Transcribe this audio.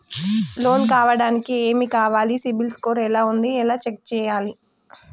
Loan కావడానికి ఏమి కావాలి సిబిల్ స్కోర్ ఎలా ఉంది ఎలా చెక్ చేయాలి?